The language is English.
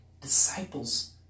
disciples